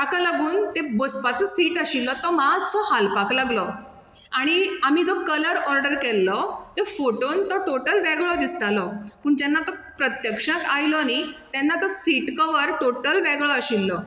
ताका लागून ते बसपाचो सीट आशिल्लो तो मातसो हालपाक लागलो आनी आमी जो कलर ऑडर केल्लो त फोटोन तो टोटल वेगळो दिसतालो पूण जेन्ना तो प्रत्यक्षांत आयलो न्ही तेन्ना तो सीट कवर टोटल वेगळो आशिल्लो